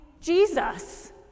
Jesus